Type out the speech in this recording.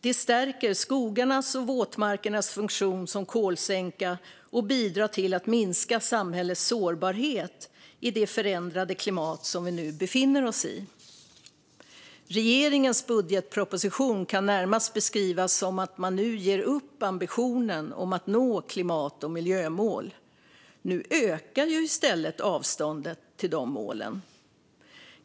De stärker skogarnas och våtmarkernas funktion som kolsänka och bidrar till att minska samhällets sårbarhet i det förändrade klimat som vi nu befinner oss i. Regeringens budgetproposition kan närmast beskrivas som att man nu ger upp ambitionen om att nå klimat och miljömål. Nu ökar i stället avståndet till dessa mål.